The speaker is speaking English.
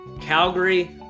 Calgary